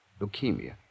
Leukemia